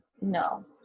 No